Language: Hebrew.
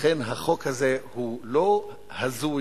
לכן החוק הזה לא הזוי,